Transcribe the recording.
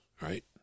right